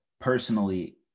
personally